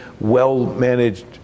well-managed